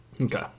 Okay